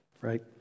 right